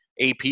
AP